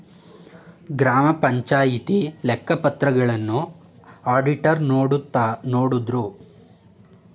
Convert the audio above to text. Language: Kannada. ಗ್ರಾಮ ಪಂಚಾಯಿತಿ ಲೆಕ್ಕ ಪತ್ರಗಳನ್ನ ಅಡಿಟರ್ ನೋಡುದ್ರು